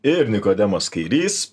ir nikodemas kairys